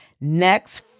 next